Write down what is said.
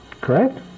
Correct